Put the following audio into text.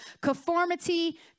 conformity